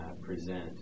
present